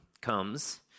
comes